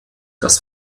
das